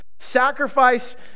Sacrifice